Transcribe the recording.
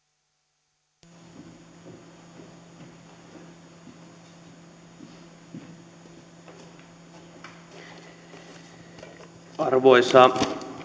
arvoisa